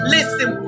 Listen